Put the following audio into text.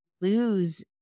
lose